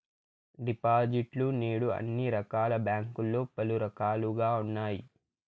డిపాజిట్లు నేడు అన్ని రకాల బ్యాంకుల్లో పలు రకాలుగా ఉన్నాయి